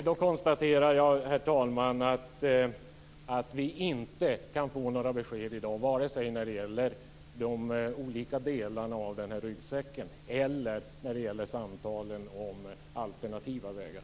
Herr talman! Jag konstaterar att vi inte kan få några besked i dag vare sig när det gäller de olika delarna av skatteryggsäcken eller när det gäller samtalen om alternativa vägar.